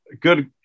good